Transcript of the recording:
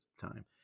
time